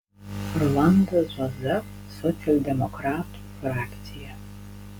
rolandas zuoza socialdemokratų frakcija